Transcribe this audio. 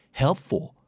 helpful